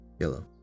Yellow